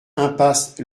impasse